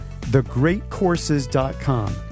thegreatcourses.com